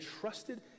trusted